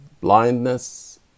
blindness